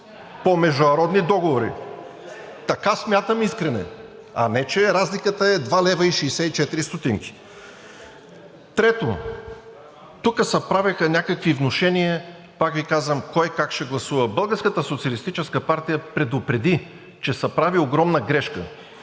по международни договори. Така смятам, Искрене, а не че разликата е 2,64 лв. Трето, тук се правеха някакви внушения, пак Ви казвам, кой как ще гласува. „Българската социалистическа партия“ предупреди, че се прави огромна грешка